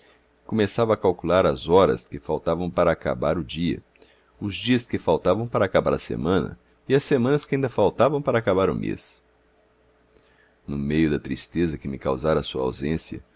começava a calcular as horas que faltavam para acabar o dia os dias que faltavam para acabar a semana e as semanas que ainda faltavam para acabar o mês no meio da tristeza que me causara a sua ausência